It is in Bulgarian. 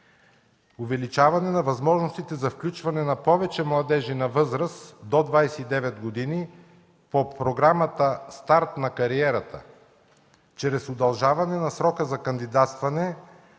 увеличаване на възможностите за включване на повече младежи на възраст до 29 години по Програмата „Старт на кариерата“ чрез удължаване на срока за кандидатстване